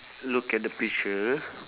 look at the picture